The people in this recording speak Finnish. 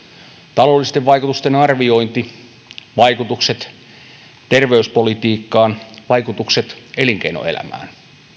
taloudellisten vaikutusten arviointi vaikutukset terveyspolitiikkaan vaikutukset elinkeinoelämään